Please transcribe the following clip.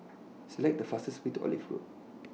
Select The fastest Way to Olive Road